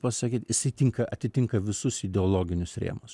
pasakyt jisai tinka atitinka visus ideologinius rėmus